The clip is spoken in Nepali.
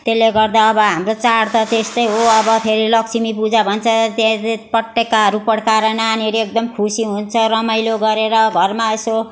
त्यसले गर्दा अब हाम्रो चाड त त्यस्तो हो अब फेरि लक्ष्मी पूजा भन्छ त्यहाँ ती पटेकाहरू पड्काएर नानीहरू एकदम खुसी हुन्छ रमाइलो गरेर घरमा यसो